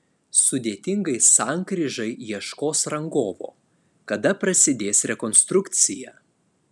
sudėtingai sankryžai ieškos rangovo kada prasidės rekonstrukcija